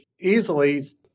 easily